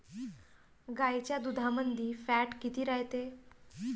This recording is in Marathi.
गाईच्या दुधामंदी फॅट किती रायते?